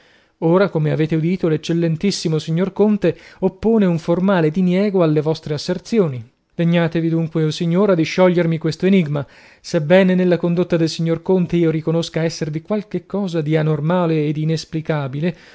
ora come avete udito l'eccellentissimo signor conte oppone un formale diniego alle vostre asserzioni degnatevi dunque o signora di sciogliermi questo enigma sebbene nella condotta del signor conte io riconosca esservi qualche cosa di anormale e